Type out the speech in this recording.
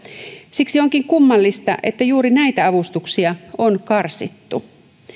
siksi onkin kummallista että juuri näitä avustuksia on karsittu